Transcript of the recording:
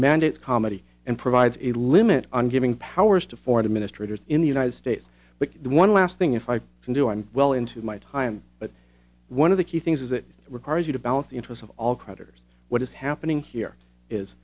mandates comedy and provides a limit on giving powers to foreign ministers in the united states but the one last thing if i can do i'm well into my time but one of the key things is it requires you to balance the interest of all creditors what is happening here is